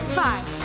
five